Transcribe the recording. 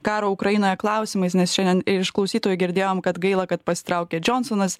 karo ukrainoje klausimais nes šiandien iš klausytojų girdėjom kad gaila kad pasitraukia džionsonas